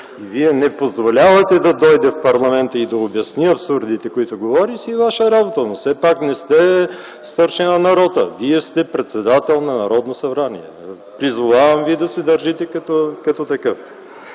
Вие не позволявате да дойде в парламента и да обясни абсурдите, които говори, си е Ваша работа! Но все пак, не сте старшина на рота! Вие сте председател на Народно събрание. Призовавам Ви да се държите като такъв!